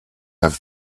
have